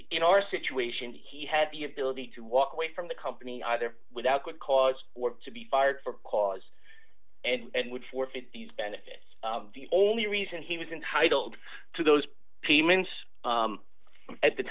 in our situation he had the ability to walk away from the company either without good cause or to be fired for cause and would forfeit these benefits the only reason he was entitled to those payments at the